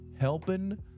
helping